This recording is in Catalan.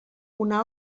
una